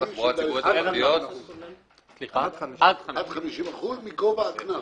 עד 50% מגובה הקנס.